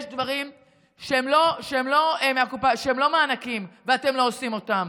יש דברים שהם לא מענקים ואתם לא עושים אותם.